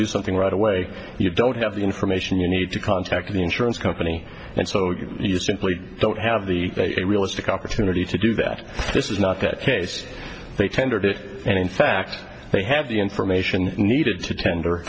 do something right away you don't have the information you need to contact the insurance company and so you simply don't have the realistic opportunity to do that this is not that case they tendered it and in fact they have the information needed to tender